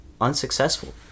unsuccessful